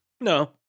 No